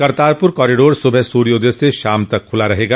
Kartarpur corridor सुबह सूर्योदय से शाम तक खुला रहेगा